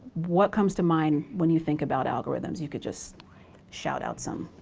what comes to mind when you think about algorithms? you could just shout out some.